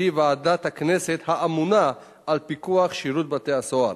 שהיא ועדת הכנסת האמונה על פיקוח שירות בתי-הסוהר.